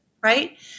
right